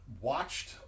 watched